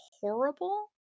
horrible